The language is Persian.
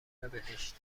بهشت